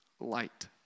light